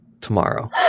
tomorrow